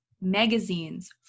magazines